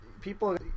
people